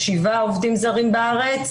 עובדים זרים בארץ.